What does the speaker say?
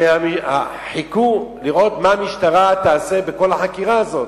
חיכו לראות מה המשטרה תעשה בכל החקירה הזאת,